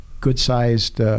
good-sized